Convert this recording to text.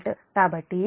కాబట్టి Ib Ic